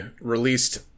released